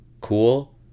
cool